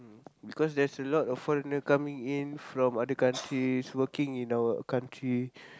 mm because there's a lot of foreigner coming in from other countries working in our country